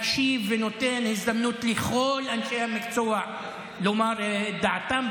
מקשיב ונותן הזדמנות לכל אנשי המקצוע לומר את דעתם,